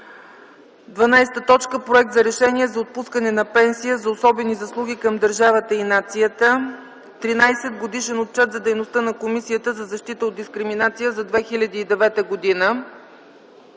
12. Проект за решение за отпускане на пенсия за особени заслуги към държавата и нацията. 13. Годишен отчет за дейността на Комисията за защита от дискриминация за 2009 г.